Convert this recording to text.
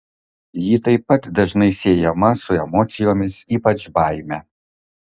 ji taip pat dažnai siejama su emocijomis ypač baime